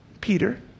Peter